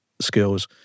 skills